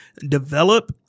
develop